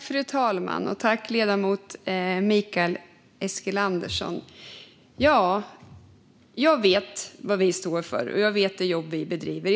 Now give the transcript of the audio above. Fru talman! Jag vet vad vi står för, och jag vet vilket jobb vi bedriver.